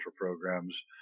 programs